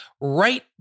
right